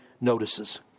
notices